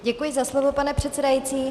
Děkuji za slovo, pane předsedající.